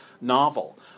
novel